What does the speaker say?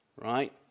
right